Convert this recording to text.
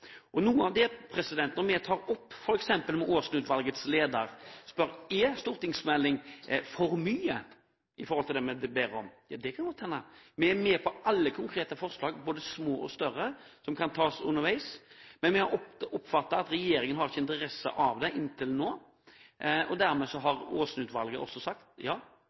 Noe av det vi har tatt opp med Aasen-utvalgets leder, er om en stortingsmelding er for mye i forhold til det vi ber om. Ja, det kan godt hende. Vi er med på alle konkrete forslag, både små og større, som kan tas underveis, men vi har oppfattet at regjeringen ikke har hatt interesse for det, inntil nå, og dermed har Aasen-utvalget også sagt